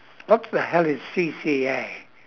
what the hell is C_C_A